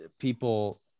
people